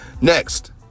Next